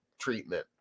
treatment